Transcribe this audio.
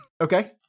okay